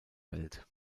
welt